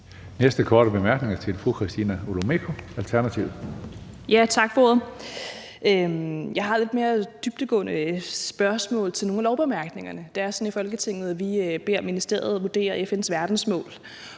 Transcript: Næste korte bemærkning er til fru Christina Olumeko, Alternativet. Kl. 15:43 Christina Olumeko (ALT): Tak for ordet. Jeg har et lidt mere dybdegående spørgsmål til nogle af lovbemærkningerne. Det er sådan i Folketinget, at vi beder ministeriet vurdere FN's verdensmål